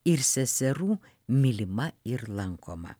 ir seserų mylima ir lankoma